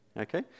okay